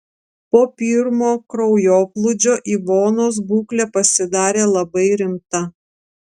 po pirmo kraujoplūdžio ivonos būklė pasidarė labai rimta